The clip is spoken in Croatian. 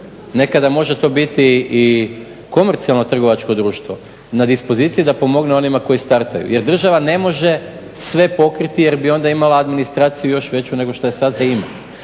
Nekada može to biti i komercijalno trgovačko društvo na dispoziciji da pomogne onima koji startaju jer država ne može sve pokriti jer bi onda imala administraciju još veću nego što je sad.